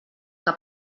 que